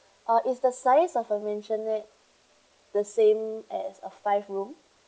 uh is the size of a mansionette the same as a five room